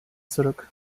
zurück